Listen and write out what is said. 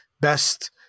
best